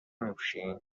میپوشین